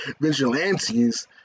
vigilantes